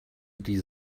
die